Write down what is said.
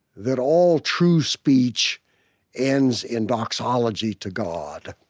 that all true speech ends in doxology to god.